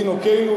תינוקותינו,